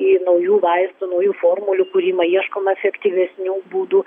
į naujų vaistų naujų formulių kūrimą ieškoma efektyvesnių būdų